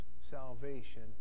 salvation